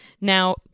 now